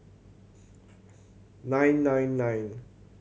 nine nine nine